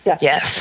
yes